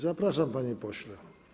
Zapraszam, panie pośle.